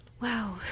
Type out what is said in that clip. wow